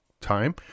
time